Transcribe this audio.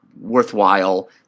worthwhile